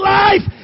life